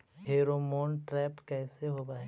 Pheromone trap कैसे होब हई?